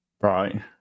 right